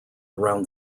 around